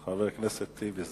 חבר הכנסת טיבי,